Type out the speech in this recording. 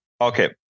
Okay